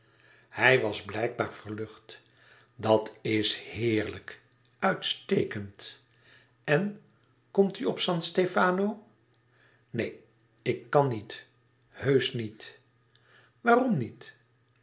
hij was blijkbaar verlucht dat is heerlijk uitstekend en komt u op san stefano neen ik kan niet heusch niet waarom niet